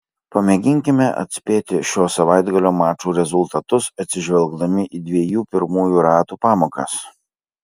pamėginkime atspėti šio savaitgalio mačų rezultatus atsižvelgdami į dviejų pirmųjų ratų pamokas